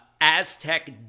Aztec